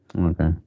Okay